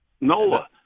Nola